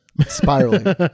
Spiraling